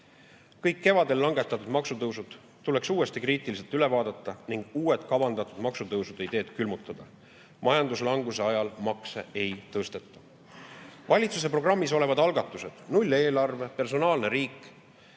Kõik kevadel langetatud otsused makse tõsta tuleks uuesti kriitiliselt üle vaadata ning uued kavandatud maksutõusude ideed külmutada. Majanduslanguse ajal makse ei tõsteta. Valitsuse programmis olevad algatused – nulleelarve, personaalne riik,